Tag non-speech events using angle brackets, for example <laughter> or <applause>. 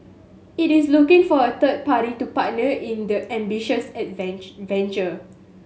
it is looking for a third party to partner in the ambitious <unintelligible> venture